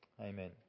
Amen